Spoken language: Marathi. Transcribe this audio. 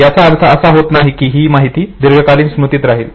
याचा अर्थ असा होत नाही की ही माहिती दीर्घकालीन स्मृतीत राहील